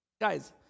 Guys